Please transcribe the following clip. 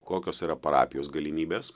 kokios yra parapijos galimybės